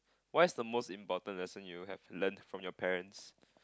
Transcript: what's the most important lesson you have learnt from your parents